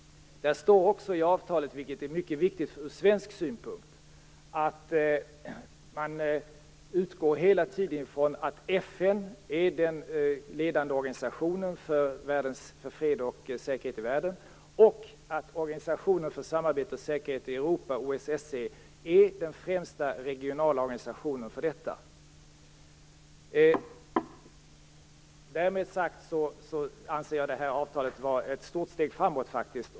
Det heter också i avtalet, vilket är mycket viktigt ur svensk synpunkt, att man hela tiden utgår från att FN är den ledande organisationen för fred och säkerhet i världen och att Organisationen för samarbete och säkerhet i Europa, OSSE, är den främsta regionala organisationen för detta. Med det sagda anser jag faktiskt detta avtal vara ett stort steg framåt.